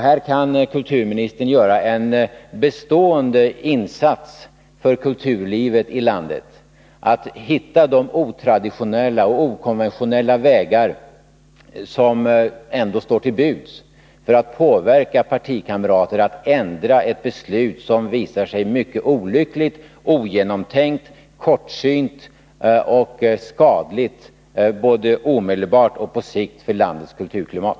Här kan kulturministern göra en bestående insats för kulturlivet i landet genom att hitta de otraditionella och okonventionella vägar som ändå står till buds för att påverka partikamrater att ändra ett beslut som visar sig mycket olyckligt, ogenomtänkt, kortsynt och skadligt, både omedelbart och på sikt, för landets kulturklimat.